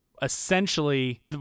Essentially